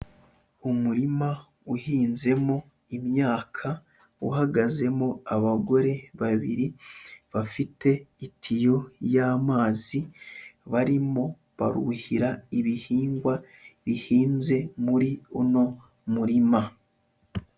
Umurima uhinzemo imyaka, uhagazemo abagore babiri bafite itiyo y'amazi, barimo baruhira ibihingwa bihinze muri uno murima.